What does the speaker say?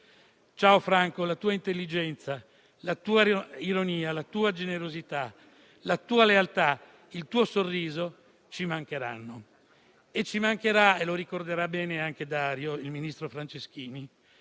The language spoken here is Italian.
Ciao, Franco. La tua intelligenza, la tua ironia, la tua generosità, la tua lealtà, il tuo sorriso ci mancheranno. E ci mancherà, come ricorderà bene anche il ministro Franceschini,